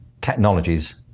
technologies